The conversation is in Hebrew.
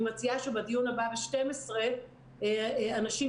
אני מציעה שבדיון הבא ב-12:00 אנשים